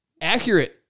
Accurate